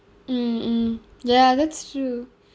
mm mm ya that's true